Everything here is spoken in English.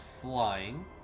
flying